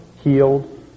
healed